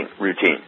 routine